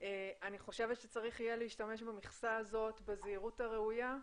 אני חושבת שצריך יהיה להשתמש במכסה בזהירות הראויה.